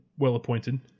well-appointed